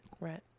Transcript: right